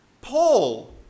Paul